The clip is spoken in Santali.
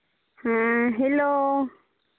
ᱦᱮᱸ ᱦᱮᱞᱳ